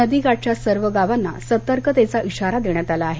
नदी काठच्या सर्व गावांना सतर्कतेचा इशारा देण्यात आला आहे